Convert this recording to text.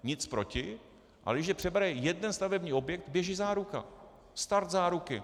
Nic proti, ale když přebere jeden stavební objekt, běží záruka, start záruky.